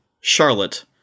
Charlotte